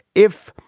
if,